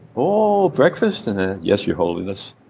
oh, breakfast? and, ah yes your holiness.